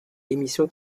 émission